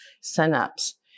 synapse